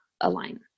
align